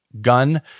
gun